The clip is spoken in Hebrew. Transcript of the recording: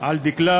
על דגלה,